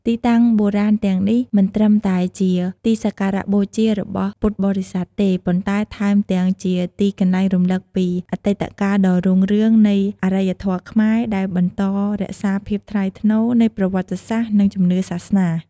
ទីតាំងបុរាណទាំងនេះ មិនត្រឹមតែជាទីសក្ការបូជារបស់ពុទ្ធបរិស័ទទេ ប៉ុន្តែថែមទាំងជាទីកន្លែងរំឭកពីអតីតកាលដ៏រុងរឿងនៃអរិយធម៌ខ្មែរ ដែលបន្តរក្សាភាពថ្លៃថ្នូរនៃប្រវត្តិសាស្ត្រនិងជំនឿសាសនា។